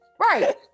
Right